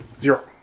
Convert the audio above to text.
Zero